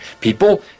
people